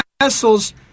vessels